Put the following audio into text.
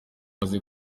amaze